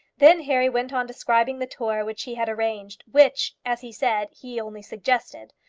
then harry went on describing the tour which he had arranged which as he said he only suggested.